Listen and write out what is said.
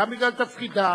וגם בגלל תפקידה,